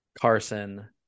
Carson